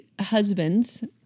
husbands